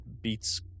beats